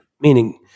meaning